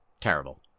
Terrible